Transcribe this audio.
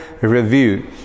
review